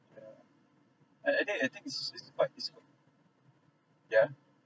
yeah and I think I think its its quite peaceful yeah